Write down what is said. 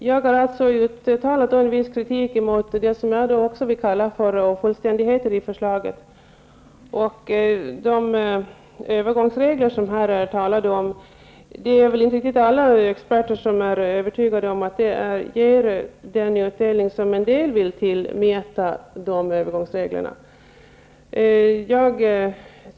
Herr talman! Jag har uttalat viss kritik mot det som också jag vill kalla ofullständigheten i förslaget. Inte riktigt alla experter är övertygade om att de övergångsregler som det här talas om ger den utdelning som en del vill att övergångsreglerna skall ge.